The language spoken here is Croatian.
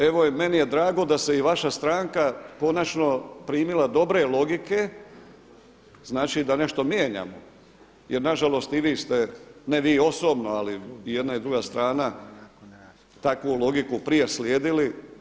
Evo meni je drago da se i vaša stranka konačno primila dobre logike, znači da nešto mijenjamo, jer na žalost i vi ste, ne vi osobno, ali jedna i druga strana takvu logiku prije slijedili.